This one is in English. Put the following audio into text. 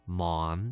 mom